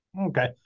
Okay